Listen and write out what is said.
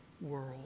world